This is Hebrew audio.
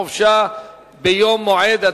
חופשה ביום מועד),